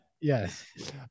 Yes